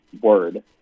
Word